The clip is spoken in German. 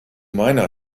meiner